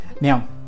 Now